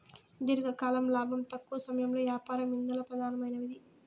దీర్ఘకాలం లాబం, తక్కవ సమయంలో యాపారం ఇందల పెదానమైనవి